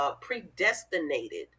predestinated